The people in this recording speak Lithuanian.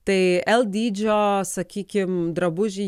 tai l dydžio sakykim drabužį